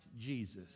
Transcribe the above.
Jesus